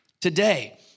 Today